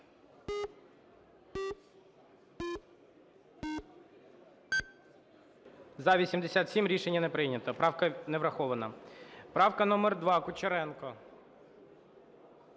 За-87 Рішення не прийнято. Правка не врахована. Правка номер 2, Кучеренко.